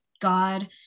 God